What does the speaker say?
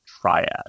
Triad